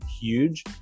huge